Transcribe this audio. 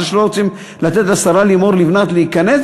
זה שלא רוצים לתת לשרה לימור לבנת להיכנס,